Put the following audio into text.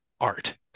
art